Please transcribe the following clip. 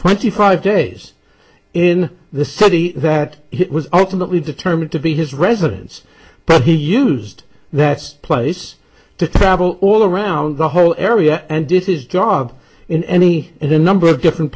twenty five days in the city that he was ultimately determined to be his residence he used that place to travel all around the whole area and did his job in any and a number of different